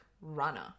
runner